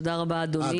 תודה רבה אדוני,